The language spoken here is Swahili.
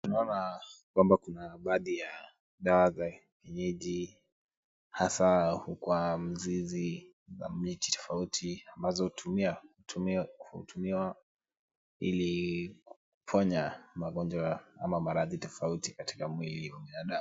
Tunaona ya kwamba kuna baadhi ya dawa za kienyeji hasa kwa mzizi na miti tofauti ambazo hutumiwa ili kuponya magonjwa ama maradhi tofauti katika mwili wa binadamu.